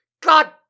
God